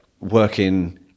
working